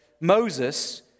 Moses